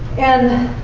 and